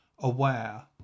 aware